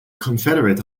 confederate